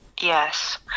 Yes